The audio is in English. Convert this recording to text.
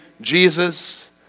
Jesus